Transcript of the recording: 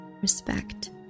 respect